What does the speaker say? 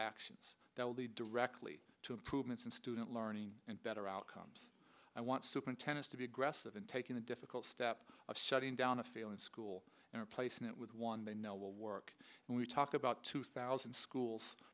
actions that lead directly to improvements in student learning and better outcomes i want superintendents to be aggressive in taking the difficult step of shutting down a failing school and replacing it with one they know will work when we talk about two thousand schools